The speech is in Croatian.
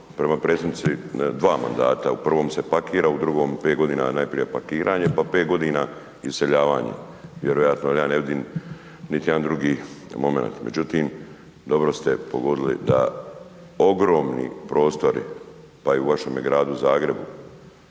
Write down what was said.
prema predsjednici 2 mandata, u prvom se pakira, u drugom 5 godina najprije pakiranje pa 5 godina iseljavanje vjerojatno jer ja ne vidim niti jedan drugi momenat. Međutim, dobro ste pogodili da ogromni prostori pa i u vašemu gradu Zagrebu